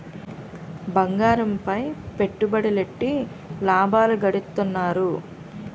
బంగారంపై పెట్టుబడులెట్టి లాభాలు గడిత్తన్నారు